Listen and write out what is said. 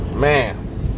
Man